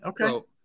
okay